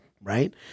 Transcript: right